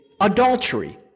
adultery